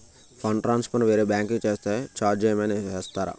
Fund transfer వేరే bank కి చేస్తే ఛార్జ్ ఏమైనా వేస్తారా?